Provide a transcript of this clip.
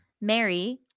Mary